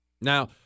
Now